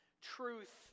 truth